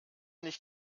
nicht